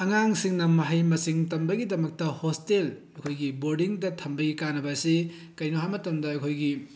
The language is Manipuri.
ꯑꯉꯥꯡꯁꯤꯡꯅ ꯃꯍꯩ ꯃꯁꯤꯡ ꯇꯝꯕꯒꯤꯗꯃꯛꯇ ꯍꯣꯁꯇꯦꯜ ꯑꯩꯈꯣꯏꯒꯤ ꯕꯣꯔꯗꯤꯡꯗ ꯊꯝꯕꯒꯤ ꯀꯥꯟꯅꯕ ꯑꯁꯤ ꯀꯩꯅꯣ ꯍꯥꯏꯕ ꯃꯇꯝꯗ ꯑꯩꯈꯣꯏꯒꯤ